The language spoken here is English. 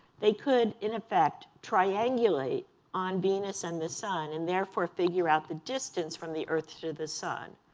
they could, in effect, triangulate on venus and the sun and therefore figure out the distance from the earth to the sun,